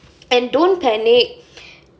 and don't panic